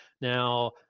Now